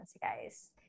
guys